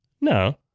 No